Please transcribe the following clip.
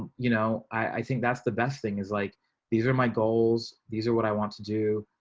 you know, i think that's the best thing is like these are my goals. these are what i want to do.